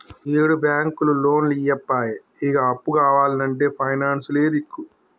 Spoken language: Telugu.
ఈయేడు బాంకులు లోన్లియ్యపాయె, ఇగ అప్పు కావాల్నంటే పైనాన్సులే దిక్కు